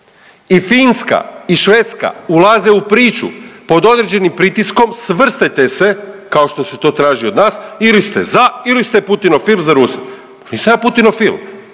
I Finska i Švedska ulaze u priču pod određenim pritiskom svrstajte se kao što se to traži od nas ili ste za ili ste Putinofil za Ruse. Nisam ja Putinofil,